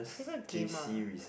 favourite game ah